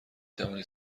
توانید